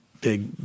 big